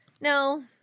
No